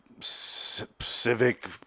civic